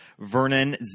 vernon